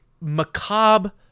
macabre